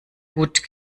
gut